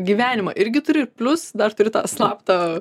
gyvenimą irgi turi plius dar turi tą slaptą